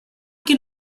can